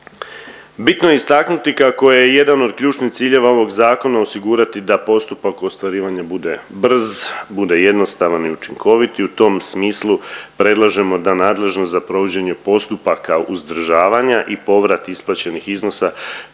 Bitno je istaknuti kako je jedan od ključnih ciljeva ovog zakona osigurati da postupak ostvarivanja bude brz, bude jednostavan i učinkovit i u tom smislu predlažemo da nadležnost za provođenje postupaka uzdržavanja i povrat isplaćenih iznosa